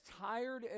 tired